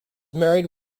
married